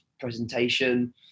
presentation